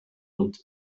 und